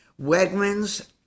Wegman's